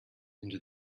into